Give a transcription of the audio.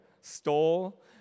stole